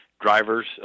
drivers